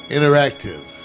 Interactive